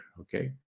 okay